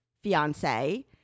fiance